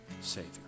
savior